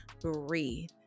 breathe